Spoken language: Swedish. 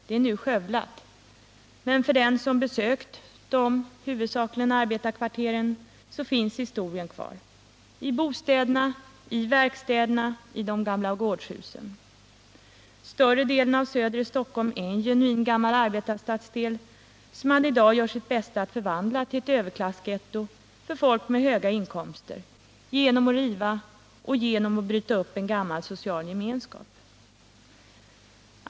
Det är nu skövlat, men för den som besökt dessa kvarter — huvudsakligen arbetarkvarter — finns historien kvar, i bostäderna, i verkstäderna, i de gamla gårdshusen. Större delen av Söder i Stockholm är en genuin gammal arbetarstadsdel, som man i dag gör sitt bästa för att förvandla till ett överklassgetto för folk med höga inkomster genom att riva och genom att bryta upp en gammal social gemenskap.